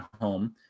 home